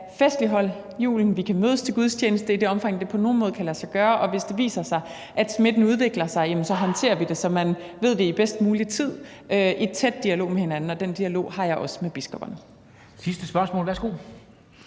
festligholde julen, at vi kan mødes til gudstjeneste i det omfang, det på nogen måde kan lade sig gøre, og hvis det viser sig, at smitten udvikler sig, så håndterer vi det, så man ved det i bedst mulig tid, i en tæt dialog med hinanden, og den dialog har jeg også med biskopperne.